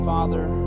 Father